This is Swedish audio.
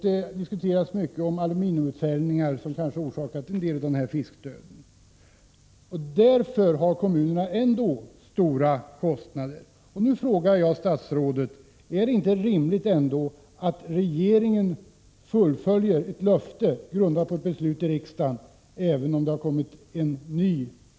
Det diskuteras mycket huruvida aluminiumutfällningar kanske till en del orsakar fiskdöden. Kommunernas kostnader är mot denna bakgrund stora. Nu frågar jag statsrådet: Är det inte rimligt att regeringen fullföljer ett givet löfte, grundat på beslut i riksdagen, även om det därefter har kommit en ny regering?